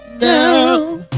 now